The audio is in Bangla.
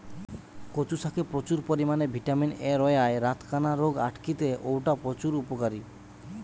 কচু শাকে প্রচুর পরিমাণে ভিটামিন এ রয়ায় রাতকানা রোগ আটকিতে অউটা প্রচুর উপকারী